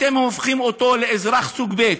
אתם הופכים אותו לאזרח סוג ב'.